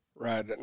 Right